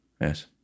yes